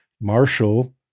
Marshall